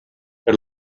per